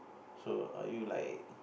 so are you like